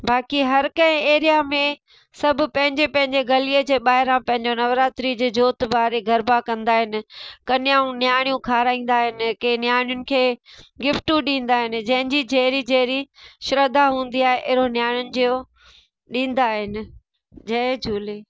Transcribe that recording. बाक़ी हरे कंहिं एरिया में सभु पंहिंजे पंहिंजे गलीअ ॿाहिरां पंहिंजो नवरात्री ज जोत ॿारे गरबा कंदा आहिनि कन्याऊं न्याणियूं खाराईंदा आहिनि के न्याणियूंनि खे गिफ़्टूं ॾींदा आहिनि जंहिंजी जहिड़ी जहिड़ी श्रद्धा हूंदी आहे अहिड़ो न्याणियूंनि जो ॾींदा आहिनि जय झूले